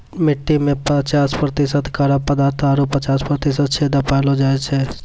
मट्टी में पचास प्रतिशत कड़ा पदार्थ आरु पचास प्रतिशत छेदा पायलो जाय छै